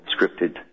scripted